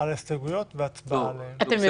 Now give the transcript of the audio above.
וכשפורסם